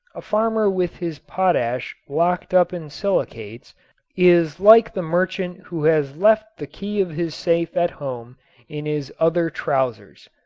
a farmer with his potash locked up in silicates is like the merchant who has left the key of his safe at home in his other trousers.